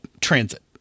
transit